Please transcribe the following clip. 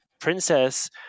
princess